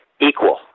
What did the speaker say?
equal